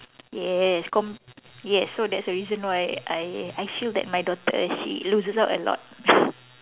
yes com~ yes so that's the reason why I I feel that my daughter she loses out a lot